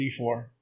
D4